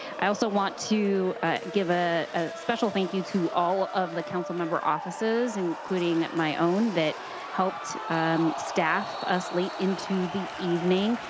i also want to give a ah special thank you to all of the councilmember offices including my own that helped staff us late into the evening,